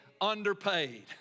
underpaid